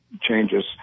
changes